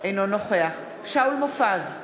אינו נוכח שאול מופז,